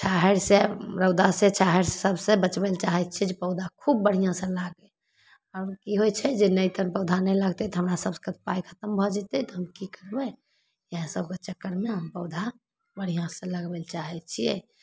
छाहैरि से रौदा से छाहैरि सभसँ बचबै लेल चाहै छियै जे पौधा खूब बढ़िआँ सँ लागै आब कि होइ छै जे नहि तहन पौधा नहि लगतै तऽ हमरा सभके पाइ खत्म भऽ जेतै तऽ हम की करबै इएह सभके चक्करमे हम पौधा बढ़िआँ सँ लगबै लए चाहै छियै